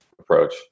approach